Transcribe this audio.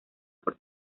por